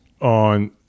on